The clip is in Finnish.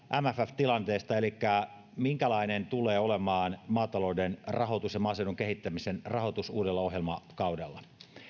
mff tilanteesta elikkä minkälainen tulee olemaan maatalouden rahoitus ja maaseudun kehittämisen rahoitus uudella ohjelmakaudella